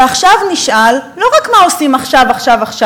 ועכשיו נשאל לא רק מה עושים עכשיו-עכשיו-עכשיו,